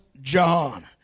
John